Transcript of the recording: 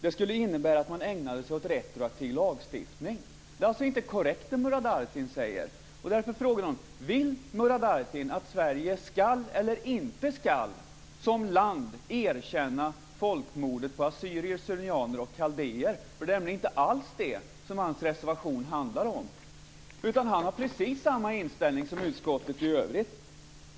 Det skulle innebära att man ägnade sig åt retroaktiv lagstiftning." Det Murad Artin säger är alltså inte korrekt. Vill Murad Artin att Sverige som land ska eller inte ska erkänna folkmordet på assyrier/syrianer och kaldéer? Det är inte alls det som hans reservation handlar om. Han har precis samma inställning som utskottet i övrigt.